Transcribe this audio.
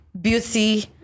beauty